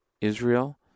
Israel